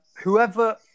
Whoever